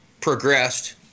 progressed